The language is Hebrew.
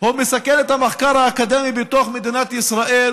הוא מסכן את המחקר האקדמי בתוך מדינת ישראל